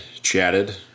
chatted